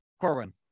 Corwin